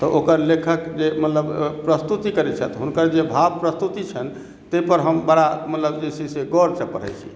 तऽ ओकर लेखक जे मतलब प्रस्तुति करैत छथि मतलब हुनकर भाव प्रस्तुति छनि ताहिपर हम बड़ा मतलब जे छै से गौरसँ पढ़ैत छी